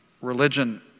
religion